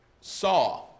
saw